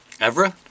Evra